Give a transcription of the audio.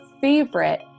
favorite